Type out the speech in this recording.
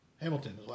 Hamilton